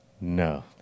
No